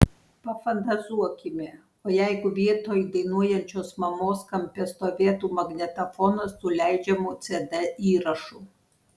pafantazuokime o jeigu vietoj dainuojančios mamos kampe stovėtų magnetofonas su leidžiamu cd įrašu